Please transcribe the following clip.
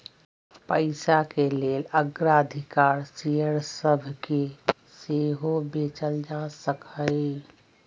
पइसाके लेल अग्राधिकार शेयर सभके सेहो बेचल जा सकहइ